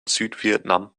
südvietnam